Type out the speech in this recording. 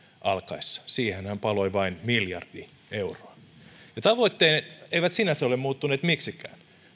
alkaessa ja siihenhän paloi vain miljardi euroa tavoitteet eivät sinänsä ole muuttuneet miksikään